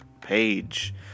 page